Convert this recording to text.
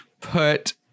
put